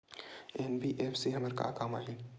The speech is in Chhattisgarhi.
एन.बी.एफ.सी हमर का काम आही?